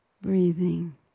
Breathing